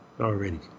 already